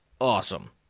awesome